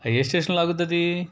ఏ స్టేషన్లో ఆగుద్ది అది